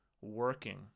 working